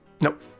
Nope